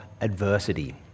adversity